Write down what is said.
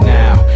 now